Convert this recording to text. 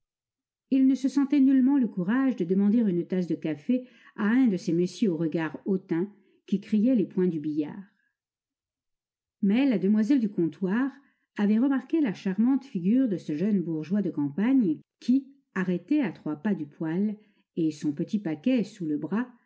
il ne se sentait nullement le courage de demander une tasse de café à un de ces messieurs au regard hautain qui criaient les points du billard mais la demoiselle du comptoir avait remarqué la charmante figure de ce jeune bourgeois de campagne qui arrêté à trois pas du poêle et son petit paquet sous le bras